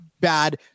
bad